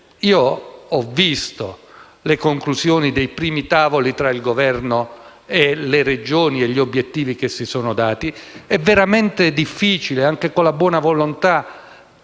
che ho visto le conclusioni dei primi tavoli tra il Governo e le Regioni e gli obiettivi che si sono dati; è veramente difficile, anche con la buona volontà,